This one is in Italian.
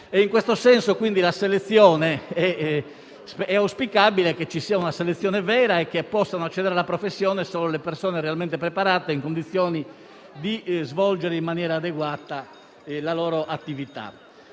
In questo senso è auspicabile che ci sia una selezione vera e che possano accedere alla professione solo le persone realmente preparate e vivono nelle condizioni di svolgere in maniera adeguata la loro attività.